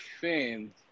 fans